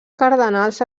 cardenals